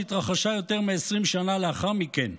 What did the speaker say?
שהתרחשה יותר מ-20 שנה לאחר מכן,